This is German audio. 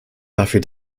dafür